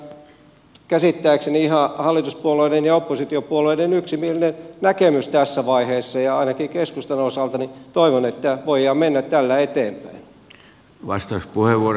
tämä on ollut kyllä käsittääkseni ihan hallituspuolueiden ja oppositiopuolueiden yksimielinen näkemys tässä vaiheessa ja ainakin keskustan osalta toivon että voidaan mennä tällä eteenpäin